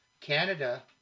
Canada